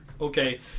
Okay